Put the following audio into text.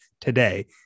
today